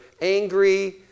angry